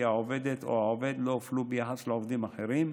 העובדת או העובד לא הופלו ביחס לעובדים אחרים,